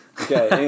Okay